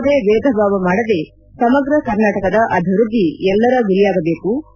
ಯಾವುದೇ ಬೇಧ ಭಾವ ಮಾಡದೇ ಸಮಗ್ರ ಕರ್ನಾಟಕದ ಅಭಿವೃದ್ದಿ ಎಲ್ಲರ ಗುರಿಯಾಗಬೇಕು